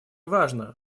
важно